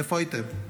איפה הייתם?